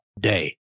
day